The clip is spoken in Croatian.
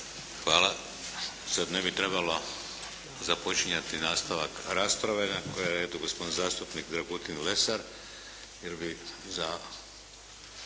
Hvala. Sada ne bi trebalo započinjati nastavak rasprave, iako je tu gospodin zastupnik Dragutin Lesar. Mi bi za